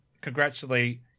congratulate